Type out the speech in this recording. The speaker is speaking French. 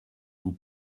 vous